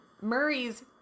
Murray's